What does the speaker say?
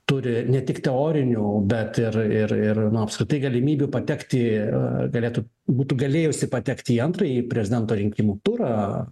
turi ne tik teorinių bet ir ir na apskritai galimybių patekti galėtų būtų galėjusi patekti į antrąjį prezidento rinkimų turą